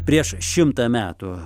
prieš šimtą metų